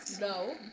no